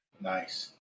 Nice